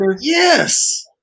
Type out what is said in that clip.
Yes